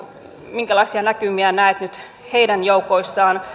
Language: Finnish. minkälaisia näkymiä näette nyt heidän joukoissaan